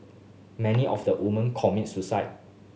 many of the women commit suicide